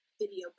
video